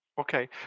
Okay